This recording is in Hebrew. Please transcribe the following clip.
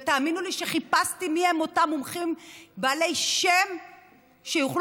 ותאמינו לי שחיפשתי מיהם אותם מומחים בעלי שם שיוכלו